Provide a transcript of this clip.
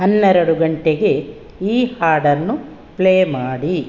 ಹನ್ನೆರೆಡು ಗಂಟೆಗೆ ಈ ಹಾಡನ್ನು ಪ್ಲೇ ಮಾಡಿ